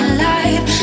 alive